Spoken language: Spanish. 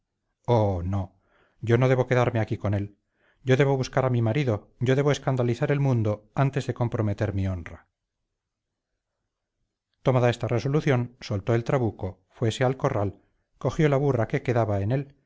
oh no yo no debo quedarme aquí con él yo debo buscar a mi marido yo debo escandalizar el mundo antes de comprometer mi honra tomada esta resolución soltó el trabuco fuese al corral cogió la burra que quedaba en él